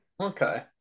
Okay